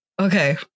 okay